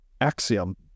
axiom